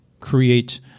create